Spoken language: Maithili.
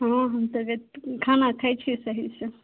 हँ हम तबियत खाना खाइ छियै सहीसँ